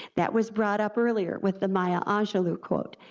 that was brought up earlier with the maya angelou quote.